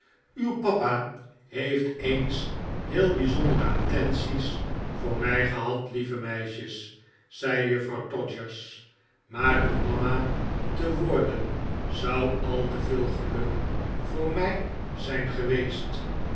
uw papa heeft eens heel bijzondere attenties voor mij gehad lieve meisjes zei juffrouw todgers maar uw mama te worden zou al te veel geluk voor mij zijn geweest